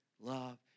Love